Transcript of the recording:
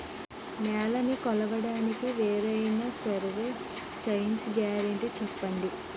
నేలనీ కొలవడానికి వేరైన సర్వే చైన్లు గ్యారంటీ చెప్పండి?